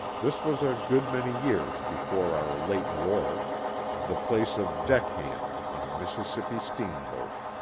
this was a good many years before our late war the place of deck-hand on a mississippi steamboat.